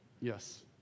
Yes